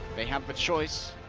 they have the choice.